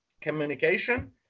communication